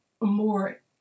more